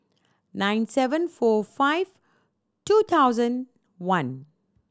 nine seven four five two thousand one